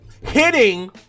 hitting